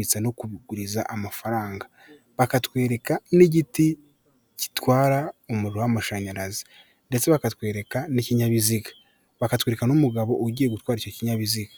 n'igikuta cyubakishijwe amatafari ahiye, hariho icyapa kiri mu mabara y'icyatsi, ndetse n'ikindi cyapa kiri mu mabara y'umweru ndetse n'umukara.